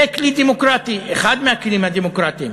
זה אחד הכלים הדמוקרטיים.